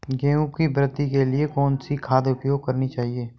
गेहूँ की वृद्धि के लिए कौनसी खाद प्रयोग करनी चाहिए?